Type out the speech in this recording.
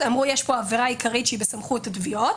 אמרו: "יש פה עבירה עיקרית שהיא בסמכות התביעות",